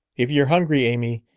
if you're hungry, amy,